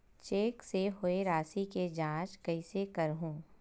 Cheque से होए राशि के जांच कइसे करहु?